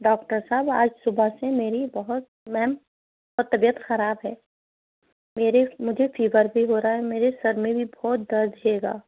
doctor صاحب آج صُبح سے میری بہت میم بہت طبیعت خراب ہے میرے مجھے فیور بھی ہو رہا ہے میرے سر میں بھی بہت درد ہے گا